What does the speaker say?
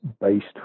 based